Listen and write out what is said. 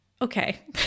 okay